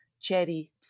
cherry